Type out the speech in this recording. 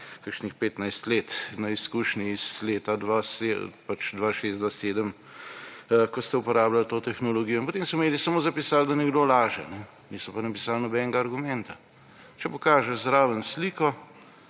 15 let na izkušnji iz leta 2006, 2007, ko ste uporabljali to tehnologijo. In potem so mediji samo zapisali, da nekdo laže, niso pa napisali nobenega argumenta. Če pokažeš zraven sliko,